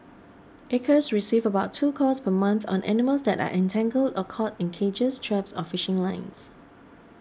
acres receives about two calls per month on animals that are entangled or caught in cages traps or fishing lines